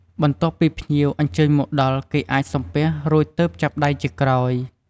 បន្ទាប់ពីភ្ញៀវអញ្ចើញមកដល់គេអាចសំពះរួចទើបចាប់ដៃជាក្រោយ។